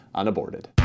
unaborted